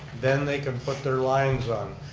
then they can put their lines on.